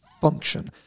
function